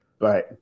right